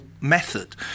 method